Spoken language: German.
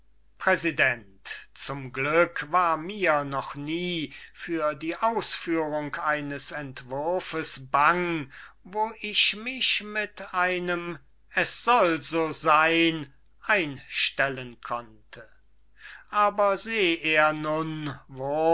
präsident zum glück war mir noch nie für die ausführung eines entwurfes bang wo ich mich mit einem es soll so sein einstellen konnte aber seh er nun wurm